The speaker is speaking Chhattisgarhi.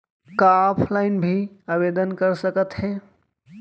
का ऑफलाइन भी आवदेन कर सकत हे?